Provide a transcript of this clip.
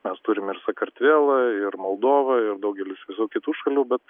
mes turim ir sakartvelą ir moldovą ir daugelis visų kitų šalių bet